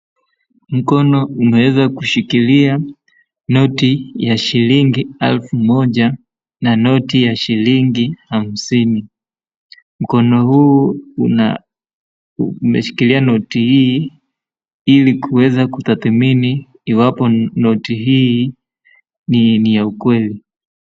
Mkono umeweza kushikilia noti ya shilingi elfu moja na noti ya shilingi hamsini. Mkono huu una, umeshikilia noti hii ili kuweza kutadhmini iwapo noti hii ni ya ukweli.